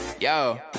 Yo